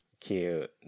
cute